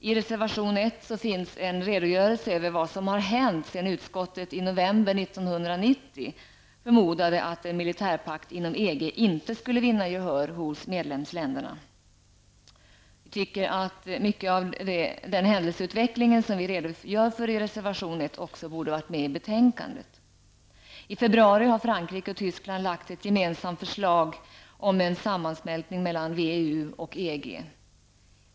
I reservation 1 finns en redogörelse över vad som har hänt sedan utskottet i november 1990 förmodade att en militärpakt inom EG inte skulle vinna gehör hos medlemsländerna. Vi tycker att den redogörelse av händelseutvecklingen som finns i reservationen borde varit med i betänkandet. I februari har Frankrike och Tyskland lagt fram gemensamt förslag om en sammansmältning mellan WEU och EG.